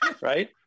Right